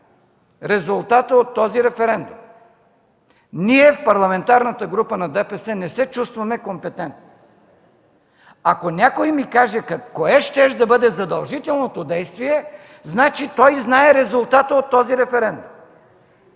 резултата от този референдум? Ние в Парламентарната група на ДПС не се чувстваме компетентни. Ако някой ми каже кое щеше да бъде задължителното действие, значи той знае резултата от този референдум.